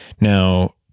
Now